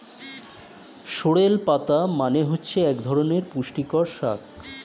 sorrel পাতা মানে হচ্ছে এক ধরনের পুষ্টিকর শাক